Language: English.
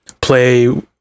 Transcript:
play